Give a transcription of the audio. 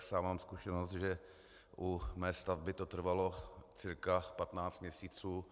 Sám mám zkušenost, že u mé stavby to trvalo cca 15 měsíců.